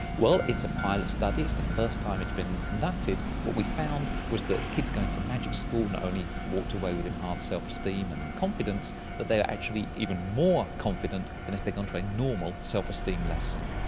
well, it's a pilot study, it's the first time it's been conducted. what we found was that kids going to magic school not and only walked away with enhanced self-esteem and confidence but they are actually even more confident than if they'd gone to a normal self-esteem lesson.